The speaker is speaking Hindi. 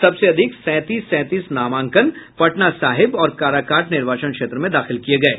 सबसे अधिक सैंतीस सैंतीस नामांकन पटना साहिब और काराकाट निर्वाचन क्षेत्र में दाखिल किये गये